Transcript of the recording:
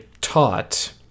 taught